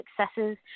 successes